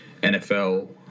nfl